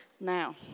Now